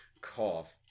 Cough